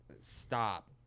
stop